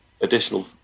additional